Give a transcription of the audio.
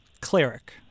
cleric